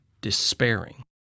despairing